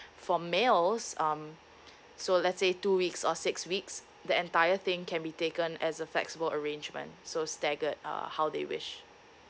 for males um so let's say two weeks or six weeks the entire thing can be taken as a flexible arrangement so staggered uh how they wish